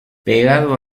pegado